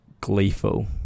gleeful